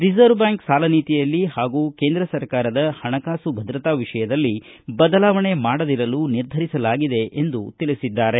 reserve bank ಸಾಲನೀತಿಯಲ್ಲಿ ಹಾಗೂ ಕೇಂದ್ರ ಸರ್ಕಾರದ ಹಣಕಾಸು ಭದ್ರತಾ ವಿಷಯದಲ್ಲಿ ಬದಲಾವಣೆ ಮಾಡದಿರಲು ನಿರ್ಧರಿಸಲಾಗಿದೆ ಎಂದು ತಿಳಿಸಿದ್ದಾರೆ